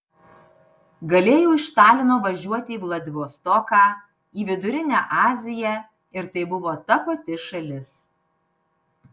galėjau iš talino važiuoti į vladivostoką į vidurinę aziją ir tai buvo ta pati šalis